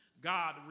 God